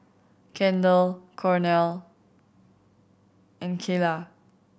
Kendall Cornel and Kaela